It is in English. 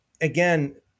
Again